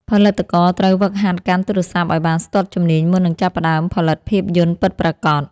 ផលិតករត្រូវហ្វឹកហាត់កាន់ទូរស័ព្ទឱ្យបានស្ទាត់ជំនាញមុននឹងចាប់ផ្ដើមផលិតភាពយន្តពិតប្រាកដ។